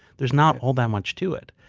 there's not all that much to it.